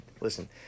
listen